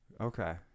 Okay